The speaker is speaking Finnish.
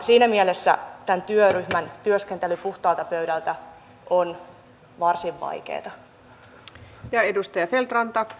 siinä mielessä tämän työryhmän työskentely puhtaalta pöydältä on varsin vaikeata